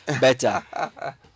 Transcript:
better